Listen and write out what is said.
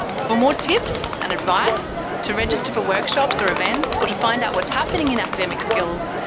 for more tips and advice, to register for workshops or events, or to find out what's happening in academic skills,